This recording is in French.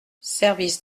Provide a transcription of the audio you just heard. service